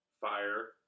fire